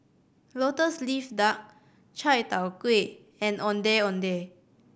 Lotus Leaf Duck chai tow kway and Ondeh Ondeh